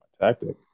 Tactic